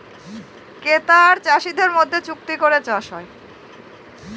ক্রেতা আর চাষীদের মধ্যে চুক্তি করে চাষ হয়